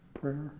prayer